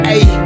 Ayy